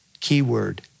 Keyword